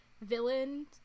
villain